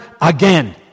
again